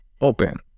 open